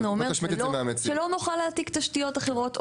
אומרת שלא נוכל להעתיק תשתיות אחרות.